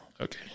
Okay